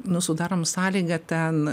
nu sudarom sąlygą ten